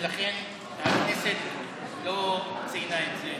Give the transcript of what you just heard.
ולכן הכנסת לא ציינה את זה.